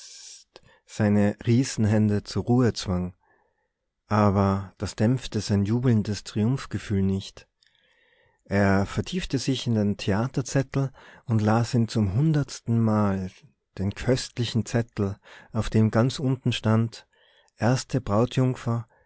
seine riesenhände zur ruhe zwang aber das dämpfte sein jubelndes triumphgefühl nicht er vertiefte sich in den theaterzettel und las ihn zum hundertstenmal den köstlichen zettel auf dem ganz unten stand erste brautjungfer